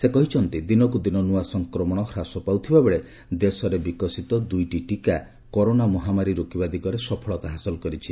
ସେ କହିଛନ୍ତି ଦିନକୁ ଦିନ ନୂଆ ସଂକ୍ରମଣ ହ୍ରାସ ପାଉଥିବାବେଳେ ଦେଶରେ ବିକଶିତ ଦୁଇଟି ଟିକା କରୋନା ମହାମାରୀ ରୋକିବା ଦିଗରେ ସଫଳତା ହାସଲ କରିଛି